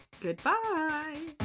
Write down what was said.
goodbye